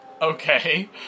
Okay